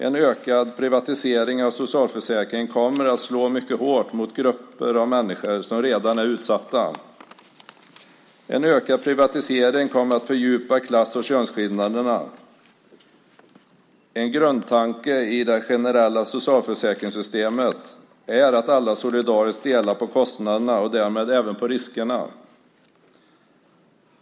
En ökad privatisering av socialförsäkringen kommer att slå mycket hårt mot grupper av människor som redan är utsatta. En ökad privatisering kommer att fördjupa klass och könsskillnaderna. En grundtanke i det generella socialförsäkringssystemet är att alla solidariskt delar på kostnaderna och därmed även på riskerna.